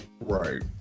Right